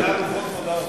לוחות מודעות.